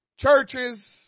Churches